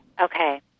Okay